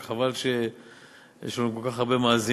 רק חבל שיש לנו כל כך הרבה מאזינים,